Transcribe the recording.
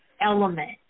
element